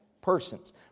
persons